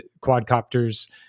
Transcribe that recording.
quadcopters